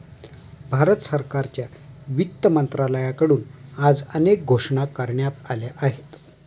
भारत सरकारच्या वित्त मंत्रालयाकडून आज अनेक घोषणा करण्यात आल्या आहेत